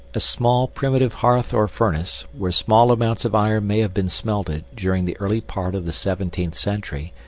a small, primitive hearth or furnace, where small amounts of iron may have been smelted during the early part of the seventeenth century,